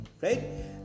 Right